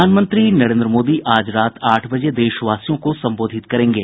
प्रधानमंत्री नरेन्द्र मोदी आज रात आठ बजे देशवासियों को संबोधित करेंगे